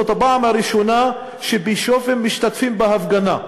וזאת הפעם הראשונה שבישופים משתתפים בהפגנה,